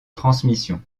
transmission